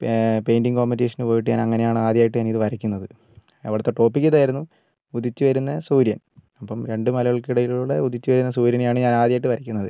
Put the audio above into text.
painting കോംപറ്റീഷന് പോയിട്ട് ഞാൻ അങ്ങനെയാണ് ഞാൻ ആദ്യായിട്ട് ഇത് വരയ്ക്കുന്നത് അവിടുത്തെ ടോപിക് ഇതായിരുന്നു ഉദിച്ച് വരുന്ന സൂര്യൻ അപ്പം രണ്ടു മലകൾക്കിടയിലൂടെ ഉദിച്ച് വരുന്ന സൂര്യനെ ആണ് ഞാൻ ആദ്യായിട്ട് വരയ്ക്കുന്നത്